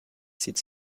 zieht